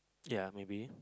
ya maybe